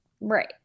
Right